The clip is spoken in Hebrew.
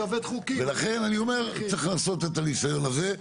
ולכן אני אומר, צריך לעשות את הניסיון הזה.